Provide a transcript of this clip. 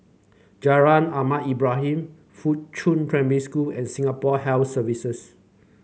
Jalan Ahmad Ibrahim Fuchun Primary School and Singapore Health Services